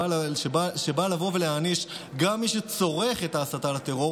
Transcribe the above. שבא להעניש גם את מי שצורך את ההסתה לטרור,